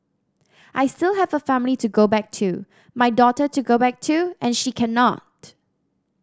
I still have a family to go back to my daughter to go back to and she cannot